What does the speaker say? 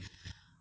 uh